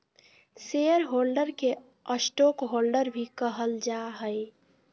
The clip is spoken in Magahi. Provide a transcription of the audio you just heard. शेयर होल्डर के स्टॉकहोल्डर भी कहल जा हइ